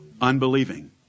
Unbelieving